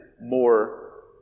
more